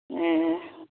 ᱦᱮᱸ